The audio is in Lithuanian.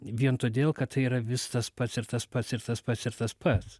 vien todėl kad tai yra vis tas pats ir tas pats ir tas pats ir tas pats